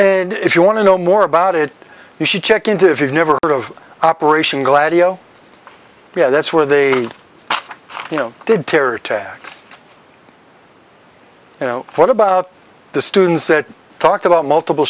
and if you want to know more about it you should check into if you've never heard of operation gladio yeah that's where they you know did terror attacks you know what about the students that talked about multiple